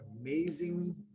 amazing